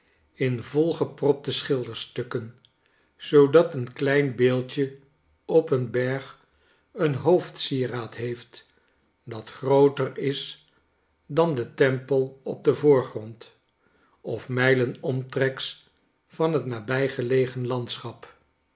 in volgepropte schilderstukken zoodat een klein beeldje op een berg een hoofdsieraad heeft dat grooter is dan de tempel op den voorgrond of mijlen omtreks van het nabijgelegen landschap